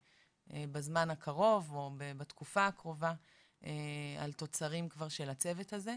בזמן הקרוב או בתקופה הקרובה על התוצרים כבר של הצוות הזה.